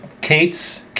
Kate's